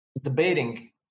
debating